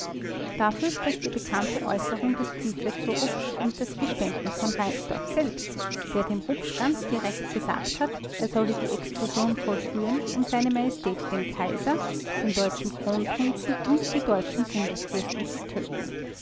dafür spricht die bekannte äußerung des küchler zu rupsch und das geständnis von reinsdorf selbst der dem rupsch ganz direkt gesagt hat er solle die explosion vollführen um se majestät den kaiser den deutschen kronprinzen und die deutschen bundesfürsten zu töten